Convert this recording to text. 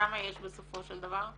כמה יש בסופו של דבר,